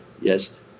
yes